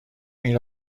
این